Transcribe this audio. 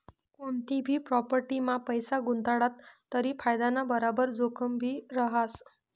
कोनतीभी प्राॅपटीमा पैसा गुताडात तरी फायदाना बराबर जोखिमभी रहास